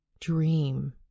dream